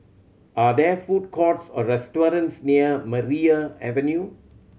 are there food courts or restaurants near Maria Avenue